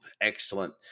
excellent